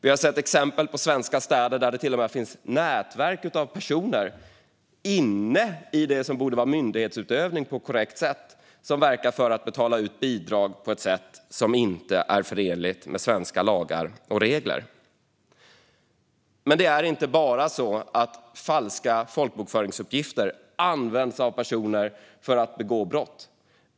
Vi har sett exempel på svenska städer där det till och med finns nätverk av personer inne i det som borde vara myndighetsutövning på korrekt sätt som verkar för att betala ut bidrag på ett sätt som inte är förenligt med svenska lagar och regler. Men falska folkbokföringsuppgifter används inte bara för att begå brott.